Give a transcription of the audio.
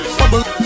bubble